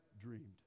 dreamed